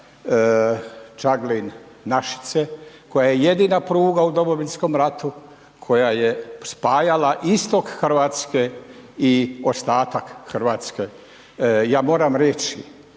Čaglin – Našice, koja je jedina pruga u Domovinskom ratu, koja je spajala istok Hrvatske i ostatak Hrvatske, ja moram reći